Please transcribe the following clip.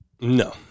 no